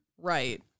Right